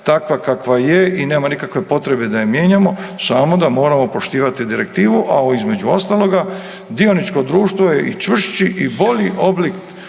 takva kakva je i nema nikakve potrebe da je mijenjamo samo da moramo poštivati direktivu, a o između ostaloga dioničko društvo je i čvršći i bolji oblik